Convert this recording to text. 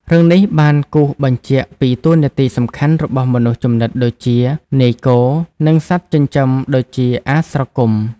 រឿងនេះបានគូសបញ្ជាក់ពីតួនាទីសំខាន់របស់មនុស្សជំនិតដូចជា នាយគោ និងសត្វចិញ្ចឹមដូចជា អាស្រគំ។